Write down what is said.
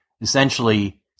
essentially